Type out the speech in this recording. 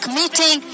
meeting